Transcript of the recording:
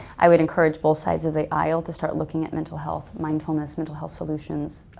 i would encourage both sides of the aisle to start looking at mental health, mindfulness, mental health solutions